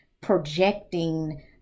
projecting